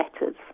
letters